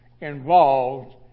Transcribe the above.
involved